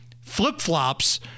flip-flops